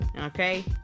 Okay